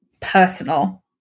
personal